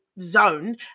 zone